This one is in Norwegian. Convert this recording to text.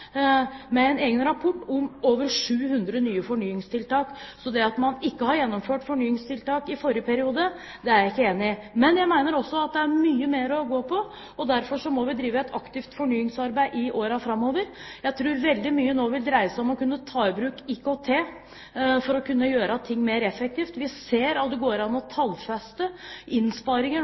med en egen rapport, om over 700 nye fornyingstiltak, så det at vi ikke har gjennomført fornyingstiltak i forrige periode, er jeg ikke enig i. Men jeg mener også at det er mye mer å gå på. Derfor må vi drive et aktivt fornyingsarbeid i årene framover. Jeg tror veldig mye nå vil dreie seg om å ta i bruk IKT for å kunne gjøre ting mer effektivt. Vi ser at det går an å tallfeste innsparinger